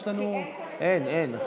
יש לנו, אין, אין.